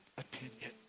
opinion